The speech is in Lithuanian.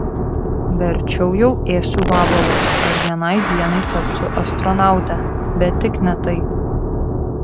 verčiau jau ėsiu vabalus ar vienai dienai tapsiu astronaute bet tik ne tai